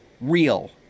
real